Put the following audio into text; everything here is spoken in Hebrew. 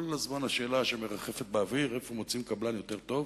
כל הזמן השאלה שמרחפת באוויר היא איפה מוצאים קבלן יותר טוב